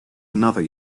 another